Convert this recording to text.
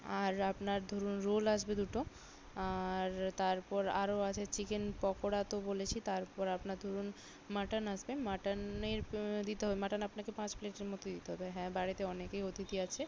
আর আপনার ধরুন রোল আসবে দুটো আর তারপর আরও আছে চিকেন পকোড়া তো বলেছি তারপর আপনার ধরুন মাটন আসবে মাটনের দিতে হবে মাটন আপনাকে পাঁচ প্লেটের মতো দিতে হবে হ্যাঁ বাড়িতে অনেকেই অতিথি আছে